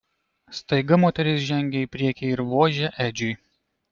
staiga moteris žengė į priekį ir vožė edžiui